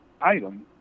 item